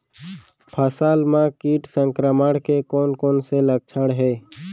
फसल म किट संक्रमण के कोन कोन से लक्षण हे?